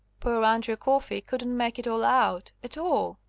poor andrew coffey couldn't make it all out, at all,